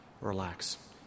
relax